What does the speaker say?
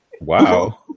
Wow